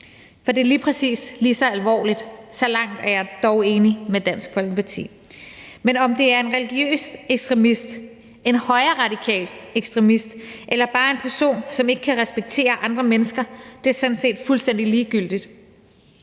For det er lige præcis lige så alvorligt – så langt er jeg dog enig med Dansk Folkeparti. Men om det er en religiøs ekstremist, en højreradikal ekstremist eller bare en person, som ikke kan respektere andre mennesker, er sådan set fuldstændig ligegyldigt.